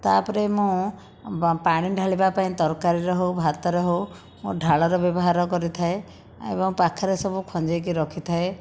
ତା ପରେ ମୁଁ ବା ପାଣି ଢାଳିବା ପାଇଁ ତରକାରୀରେ ହେଉ ଭାତରେ ହେଉ ଢାଳର ବ୍ୟବହାର କରିଥାଏ ଏବଂ ପାଖରେ ସବୁ ଖଞ୍ଜିକି ରଖିଥାଏ